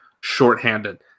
shorthanded